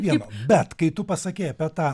vieną bet kai tu pasakei apie tą